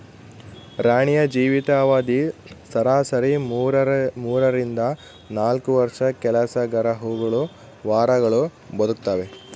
ರಾಣಿಯ ಜೀವಿತ ಅವಧಿ ಸರಾಸರಿ ಮೂರರಿಂದ ನಾಲ್ಕು ವರ್ಷ ಕೆಲಸಗರಹುಳು ವಾರಗಳು ಬದುಕ್ತಾವೆ